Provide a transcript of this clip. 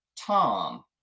Tom